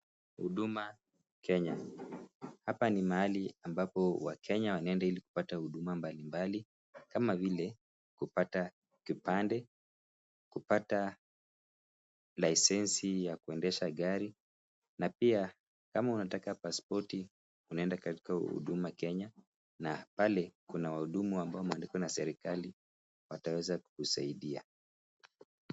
Huduma Kenya, hapa Ni mahali ambapo wakenya wanaenda hili kupata huduma mbalimbali, kama vile kupata kipande, kupata lisensi ya kuendesha gari Na pia kama unataka paspoti unaenda katika Huduma Kenya Na pale Kuna waudumu wameandikwa na serekali wataweza kukusadia.